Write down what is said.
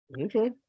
Okay